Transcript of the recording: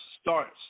starts